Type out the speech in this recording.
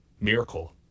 miracle